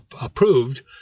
approved